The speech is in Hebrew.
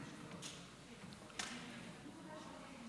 מכובדי היושב-ראש,